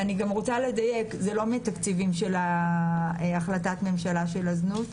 אני רוצה לדייק: זה לא מהתקציבים של החלטת הממשלה של הזנות,